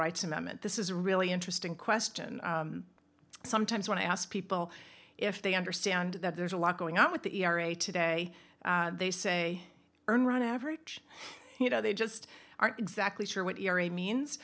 rights amendment this is a really interesting question sometimes when i ask people if they understand that there's a lot going on with the e r a today they say earned run average you know they just aren't exactly sure what year a means